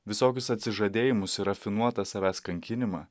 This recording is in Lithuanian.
visokius atsižadėjimus ir rafinuotą savęs kankinimą